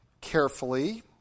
carefully